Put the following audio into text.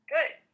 good